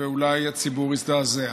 ואולי הציבור יזדעזע.